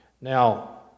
Now